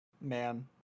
man